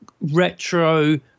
retro